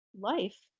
life